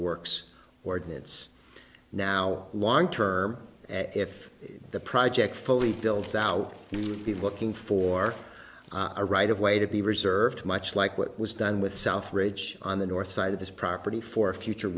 works ordinance now long term if the project fully builds out the looking for a right of way to be reserved much like what was done with south ridge on the north side of this property for future